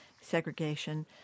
segregation